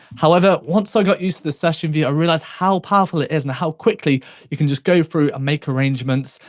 however once i got used to the session view, i realised how powerful it is, and how quickly you can just go through and make arrangements,